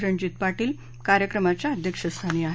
रणजीत पाटील कार्यक्रमाच्या अध्यक्षस्थानी आहेत